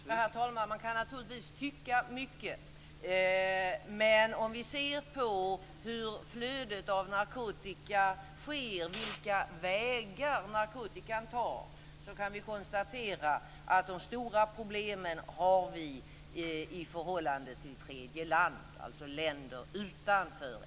Herr talman! Man kan naturligtvis tycka mycket. Men om vi ser på hur flödet av narkotika sker, vilka vägar narkotikan tar, kan vi konstatera att de stora problemen har vi i förhållande till tredje land, alltså länder utanför EU.